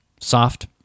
soft